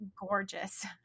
gorgeous